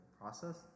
process